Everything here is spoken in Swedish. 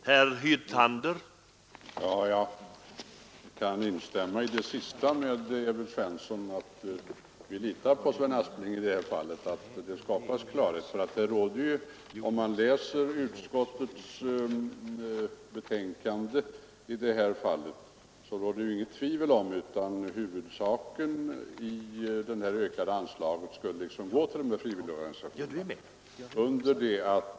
Herr talman! Jag kan instämma i det som Evert Svensson senast sade, att vi litar på Sven Asplings uttalande att det skall skapas klarhet. Om man läser utskottets betänkande finner man att det inte råder något tvivel om att huvuddelen av de ökade anslagen skall gå till frivilligorganisationerna.